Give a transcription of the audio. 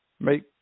make